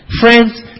Friends